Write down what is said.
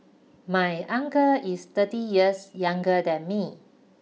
my uncle is thirty years younger than me